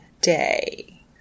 day